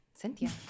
Cynthia